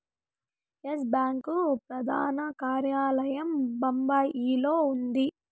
yes bank ప్రధాన కార్యాలయం బొంబాయిలో ఉంది